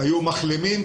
שהיו מחלימים,